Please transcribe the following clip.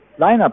lineup